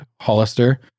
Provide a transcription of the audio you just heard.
Hollister